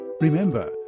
Remember